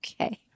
Okay